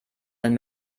wenn